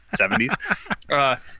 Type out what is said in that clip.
70s